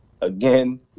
again